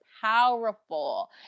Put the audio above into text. powerful